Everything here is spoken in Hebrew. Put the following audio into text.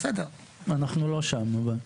אנחנו לא שם אבל.